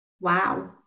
Wow